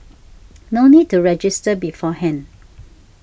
no need to register beforehand